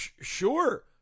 Sure